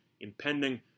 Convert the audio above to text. impending